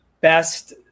best